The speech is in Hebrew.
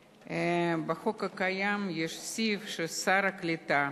בחוק הקיים יש סעיף ששר הקליטה,